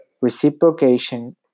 reciprocation